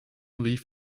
rief